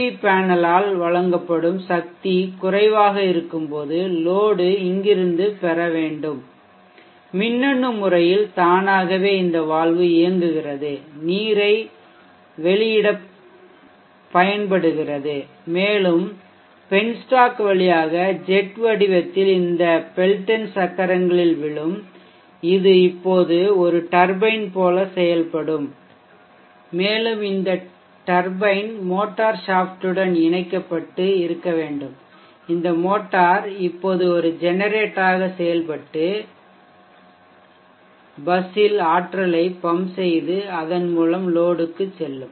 we பேனலால் வழங்கப்படும் சக்தி குறைவாக இருக்கும்போது லோடு இங்கிருந்து பெற வேண்டும் மின்னணு முறையில் தானாகவே இந்த வால்வு இயங்குகிறது நீர் வெளியிடப்படுகிறது மேலும் பென்ஸ்டாக் வழியாக ஜெட் வடிவத்தில் இந்த பெல்டன் சக்கரங்களில் விழும் இது இப்போது ஒரு டர்பைன் போல செயல்படும் மேலும் இந்த டர்பைன் மோட்டர் ஷாஃப்ட்டுடன் இணைக்கப்பட்டு இருக்க வேண்டும் இந்த மோட்டார் இப்போது ஒரு ஜெனரேட்டராக செயல்பட்டு பஸ்ஸில் ஆற்றலை பம்ப் செய்து அதன் மூலம் லோடுக்கு செல்லும்